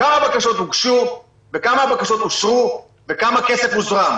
כמה בקשות הוגשו וכמה בקשות אושרו וכמה כסף הוזרם.